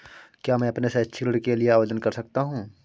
क्या मैं अपने शैक्षिक ऋण के लिए आवेदन कर सकता हूँ?